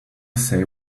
say